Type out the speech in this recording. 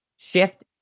shift